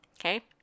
Okay